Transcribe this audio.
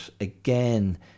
again